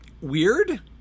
weird